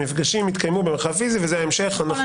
המפגשים יתקיימו במרחב פיזי זה ההמשך - במידת האפשר,